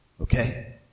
Okay